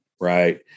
right